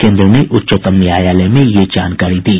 केन्द्र ने उच्चतम न्यायालय में ये जानकारी दी